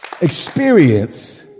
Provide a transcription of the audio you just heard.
experience